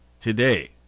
today